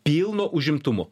pilno užimtumo